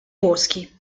boschi